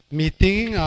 meeting